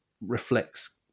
reflects